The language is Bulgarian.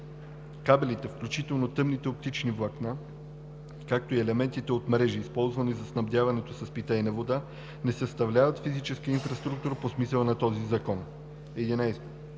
Кабелите, включително тъмните оптични влакна, както и елементите от мрежи, използвани за снабдяване с питейна вода, не съставляват физическа инфраструктура по смисъла на този закон. 11.